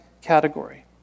category